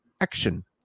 action